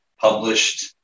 published